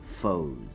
foes